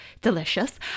delicious